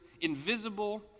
invisible